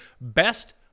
Best